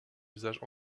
usage